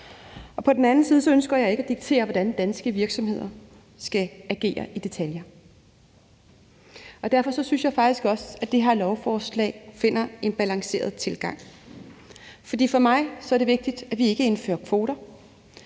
på den anden side ønsker jeg ikke at diktere, hvordan danske virksomheder skal agere i detaljer. Derfor synes jeg faktisk også, at man med det her lovforslag finder en balanceret tilgang. For mig er det vigtigt, at vi ikke indfører kvoter,